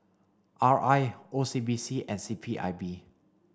R I O C B C and C P I B